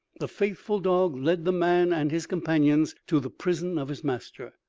the faithful dog led the man and his companions to the prison of his master.